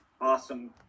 awesome